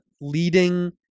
leading